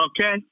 Okay